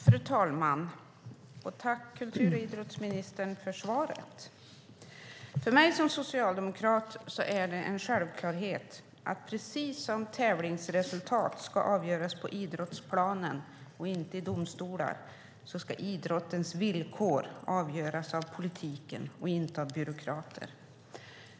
Fru talman! Jag tackar kultur och idrottsministern för svaret. För mig som socialdemokrat är det en självklarhet att precis som tävlingsresultat ska avgöras på idrottsplanen och inte i domstolar ska idrottens villkor avgöras av politiken och inte av byråkrater.